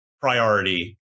priority